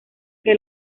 que